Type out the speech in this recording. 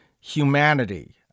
humanity